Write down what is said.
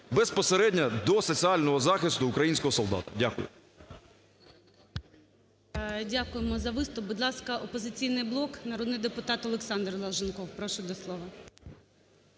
безпосередньо до соціального захисту українського солдата. Дякую. ГОЛОВУЮЧИЙ. Дякуємо за виступ. Будь ласка, "Опозиційний блок", народний депутат Олександр Долженков. Прошу до слова.